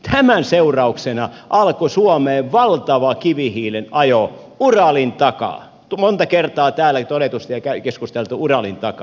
tämän seurauksena alkoi suomeen valtava kivihiilen ajo uralin takaa monta kertaa täälläkin todettu ja keskusteltu uralin takaa